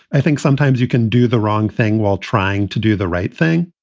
i think sometimes you can do the wrong thing while trying to do the right thing.